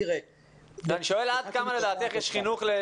אני שואל עד כמה לדעתך יש חינוך הרבה